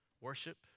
worship